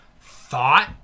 thought